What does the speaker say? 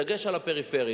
בדגש על הפריפריה,